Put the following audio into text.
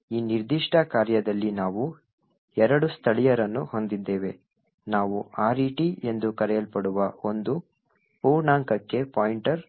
ಆದ್ದರಿಂದ ಈ ನಿರ್ದಿಷ್ಟ ಕಾರ್ಯದಲ್ಲಿ ನಾವು ಎರಡು ಸ್ಥಳೀಯರನ್ನು ಹೊಂದಿದ್ದೇವೆ ನಾವು RET ಎಂದು ಕರೆಯಲ್ಪಡುವ ಒಂದು ಪೂರ್ಣಾಂಕಕ್ಕೆ ಪಾಯಿಂಟರ್